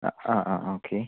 ആ ആ ഓക്കെ